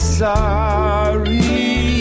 sorry